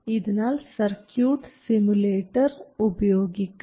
ഇതിനായി circuit simulator ഉപയോഗിക്കാം